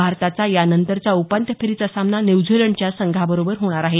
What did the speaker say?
भारताचा यानंतरचा उपांत्यफेरीचा सामना न्यूझीलंडच्या संघाबरोबर होणार आहे